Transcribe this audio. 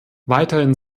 weiterhin